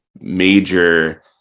major